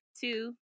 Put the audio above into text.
two